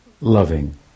loving